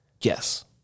yes